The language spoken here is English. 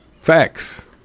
Facts